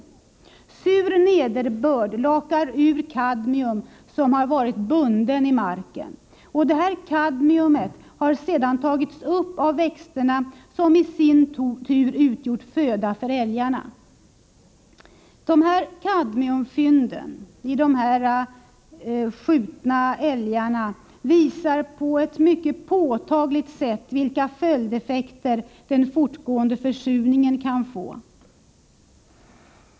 Sur nederbörd lakar ur kadmium som varit bunden i marken. Detta kadmium har sedan tagits upp av växterna som i sin tur utgjort föda för älgarna. Dessa kadmiumfynd visar på ett mycket påtagligt sätt vilka följdeffekter den fortgående försurningen kan få.